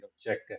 check